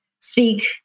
speak